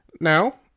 Now